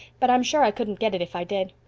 but i'm sure i couldn't get it if i did.